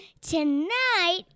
Tonight